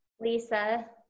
lisa